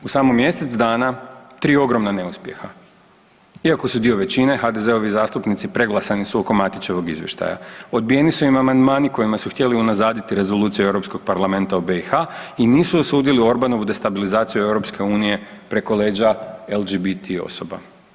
U samo mjesec dana tri ogromna neuspjeha, iako su dio većine HDZ-ovih zastupnici preglasani su oko Matićevog izvještaja, odbijeni su im amandmani kojima su htjeli unazaditi Rezoluciju EU Parlamenta o BiH i nisu osudili Orbanovu destabilizaciju EU preko leđa LGBT osoba.